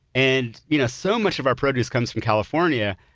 and you know so much of our produce comes from california,